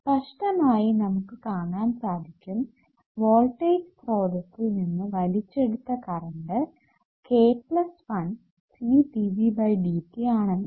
സ്പഷ്ടമായി നമുക്ക് കാണാൻ സാധിക്കും വോൾടേജ് സ്രോതസ്സിൽ നിന്ന് വലിച്ചെടുത്ത കറണ്ട് k1CdVdtആണെന്ന്